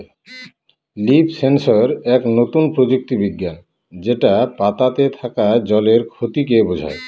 leaf sensor এক নতুন প্রযুক্তি বিজ্ঞান যেটা পাতাতে থাকা জলের ক্ষতিকে বোঝায়